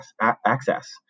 access